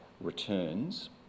returns